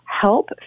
help